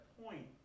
point